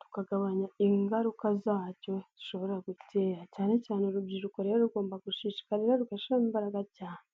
Tukagabanya ingaruka zacyo zishobora gutera cyane cyane urubyiruko rero rugomba gushishikarira rugashyiramo imbaraga cyane.